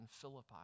Philippi